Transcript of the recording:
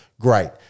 great